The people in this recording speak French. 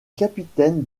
capitaine